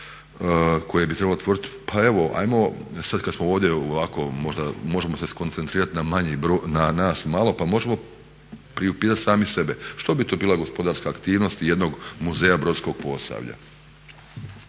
koje bi trebalo otvoriti. Pa evo, hajmo sad kad smo ovdje ovako možda možemo se skoncentrirati na nas malo, pa možemo priupitati sami sebe što bi to bila gospodarska aktivnost jednog muzeja brodskog Posavlja,